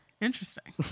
interesting